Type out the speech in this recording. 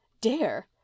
Dare